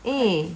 eh